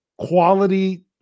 quality